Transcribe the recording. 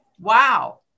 Wow